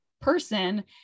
person